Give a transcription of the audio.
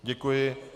Děkuji.